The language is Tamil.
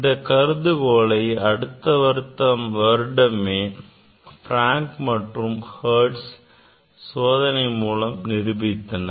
இந்தக் கருதுகோளை அடுத்த வருடமே Frank and Hertz சோதனை மூலம் நிரூபித்தனர்